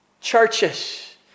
Churches